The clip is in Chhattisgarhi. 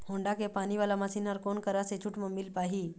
होण्डा के पानी वाला मशीन हर कोन करा से छूट म मिल पाही?